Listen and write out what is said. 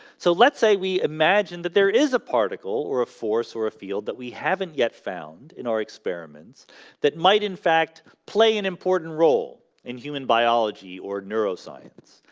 so let's say we imagine that there is a particle or a force or a field that we haven't yet found in our experiments that might in fact play an important role in human biology or neuroscience.